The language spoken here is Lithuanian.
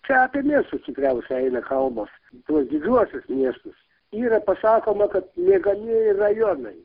čia apie miestus tikriausia eina kalbos tuos didžiuosius miestus yra pasakoma kad miegamieji rajonai